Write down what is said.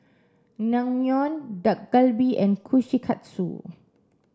Naengmyeon Dak Galbi and Kushikatsu